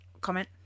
Comment